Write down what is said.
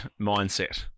mindset